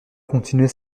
continuait